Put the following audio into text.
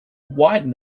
widen